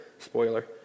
spoiler